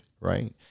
right